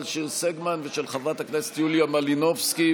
שיר סגמן ושל חברת הכנסת יוליה מלינובסקי.